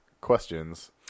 questions